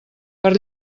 per